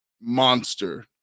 monster